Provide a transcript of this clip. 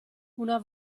una